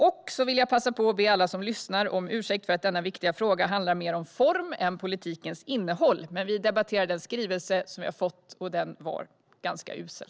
Jag vill också passa på att be alla som lyssnar om ursäkt för att denna viktiga fråga handlar mer om form än om politikens innehåll. Men vi debatterar den skrivelse vi fått, och den var ganska usel.